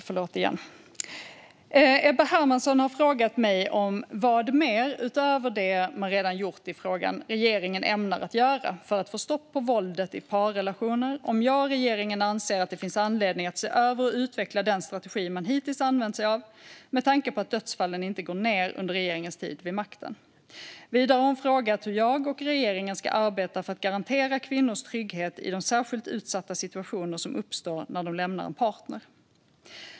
Fru talman! Ebba Hermansson har frågat mig vad mer, utöver det man redan gjort i frågan, regeringen ämnar göra för att få stopp på våldet i parrelationer, om jag och regeringen anser att det finns anledning att se över och utveckla den strategi man hittills använt sig av med tanke på att dödsfallen inte gått ned under regeringens tid vid makten. Vidare har hon frågat hur jag och regeringen ska arbeta för att garantera kvinnors trygghet i de särskilt utsatta situationer som uppstår när de lämnar en partner.